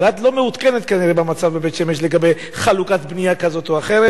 אבל את לא מעודכנת כנראה במצב בבית-שמש לגבי חלוקת בנייה כזאת או אחרת.